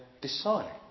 decide